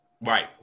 Right